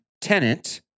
tenant